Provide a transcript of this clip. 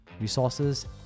resources